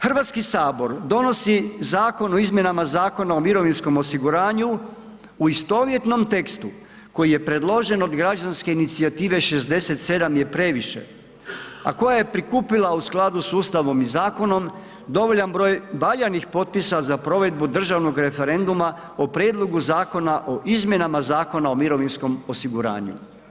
HS donosi Zakon o izmjenama Zakona o mirovinskom osiguranju, u istovjetnom tekstu koji je predložen od građanske inicijative 67 je previše, a koja je prikupila u skladu s Ustavom i zakonom dovoljan broj valjanih potpisa za provedbu državnog referenduma o prijedlogu Zakona o izmjenama Zakona o mirovinskom osiguranju.